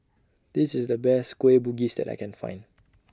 This IS The Best Kueh Bugis that I Can Find